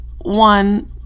one